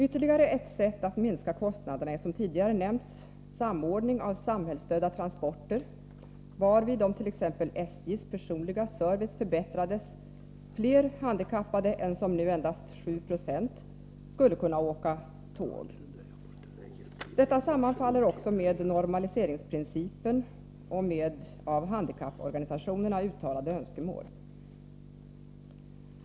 Ytterligare ett sätt att minska kostnaderna är, som tidigare nämnts, att samordna samhällsstödda transporter, varvid — om t.ex. SJ:s personliga service förbättrades — fler handikappade än som nu är fallet, dvs. endast 7 90, skulle kunna åka tåg. En sådan åtgärd sammanfaller också med normaliseringsprincipen och med av handikapporganisationerna uttalade önskemål.